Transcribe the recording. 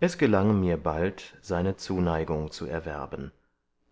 es gelang mir bald seine zuneigung zu erwerben